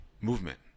Movement